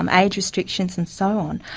um age restrictions and so on.